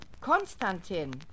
Konstantin